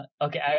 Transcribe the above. okay